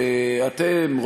אתם,